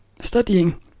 studying